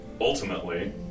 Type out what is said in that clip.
ultimately